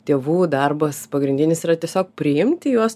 tėvų darbas pagrindinis yra tiesiog priimti juos